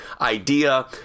idea